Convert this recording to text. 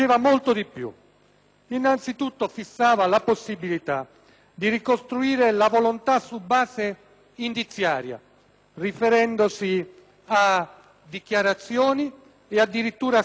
Innanzitutto, fissava la possibilità di ricostruire la volontà su base indiziaria, riferendosi a dichiarazioni e addirittura a stili di vita.